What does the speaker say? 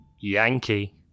Yankee